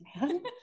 man